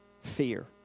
Fear